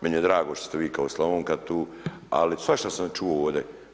Meni je drago što ste vi kao Slavonka tu, ali svašta sam čuo ovdje.